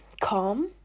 calm